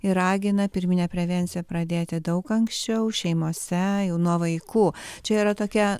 ir ragina pirminę prevenciją pradėti daug anksčiau šeimose jau nuo vaikų čia yra tokia